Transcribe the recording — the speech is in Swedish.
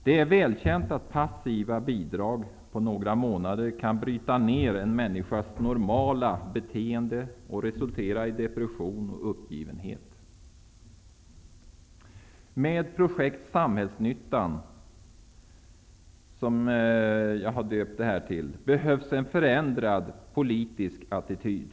Det är välkänt att passiva bidrag på några månader kan bryta ner en människas normala beteende och resultera i depression och uppgivenhet. Med projekt Samhällsnyttan, som jag har döpt det till, behövs en förändrad politisk attityd.